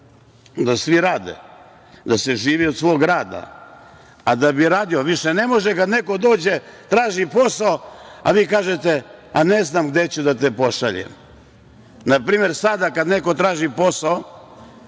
da svi rade, da se živi od svog rada. A da bi radio, više ne može da neko dođe, traži posao, a vi kažete – ne znam gde ću da te pošaljem. Na primer sada, kada neko traži posao,